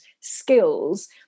skills